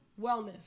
wellness